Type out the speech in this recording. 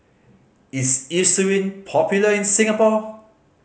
is Eucerin popular in Singapore